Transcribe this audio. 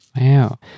Wow